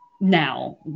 now